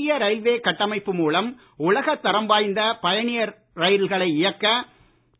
இந்திய ரயில்வே கட்டமைப்பு மூலம் உலகத் தரம் வாய்ந்த பயணியர் ரயில்களை இயக்க